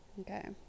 Okay